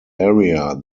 area